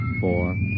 four